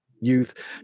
youth